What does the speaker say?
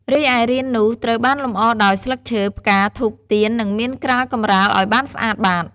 រីឯរាននោះត្រូវបានលម្អដោយ ស្លឹកឈើ ផ្កា ធូប ទៀន និងមានក្រាលកម្រាលឲ្យបានស្អាតបាត។